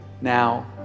now